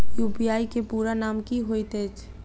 UPI केँ पूरा नाम की होइत अछि?